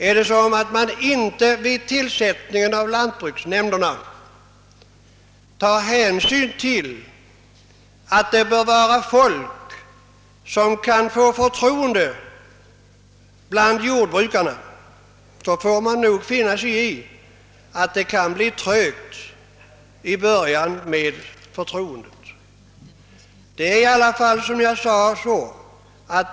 Är det så, att man vid tillsättningen av jordbruksnämndernas ledamöter inte tar hänsyn till att de bör vara folk som kan vinna jordbrukarnas förtroende så får man nog finna sig i att samarbetet i början kommer att gå trögt.